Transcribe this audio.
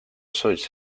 suits